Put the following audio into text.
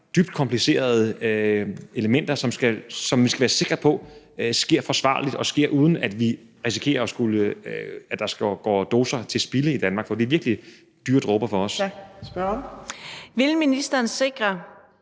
dybt komplicerede elementer, som vi skal være sikre på sker forsvarligt og sker, uden at vi risikerer, at der går doser til spilde i Danmark. For det er virkelig dyre dråber for os. Kl. 15:58 Fjerde næstformand